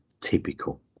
typical